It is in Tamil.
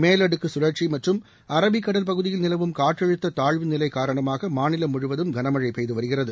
மேலடுக்கு கழற்சி மற்றும் அரபிக் கடல் பகுதியில் நிலவும் காற்றழுத்த தாழ்வுநிலை காரணமாக மாநிலம் முழுவதும் கனமழை பெய்துவருகிறது